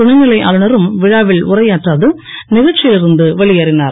துணை நிலை ஆளுநரும் விழாவில் உரையாற்றாது நிகழ்ச்சியில் இருந்து வெளியேறினார்